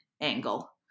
angle